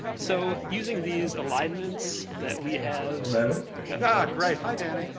so, using these alignments that we have hello? ah, great. hi danny.